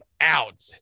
out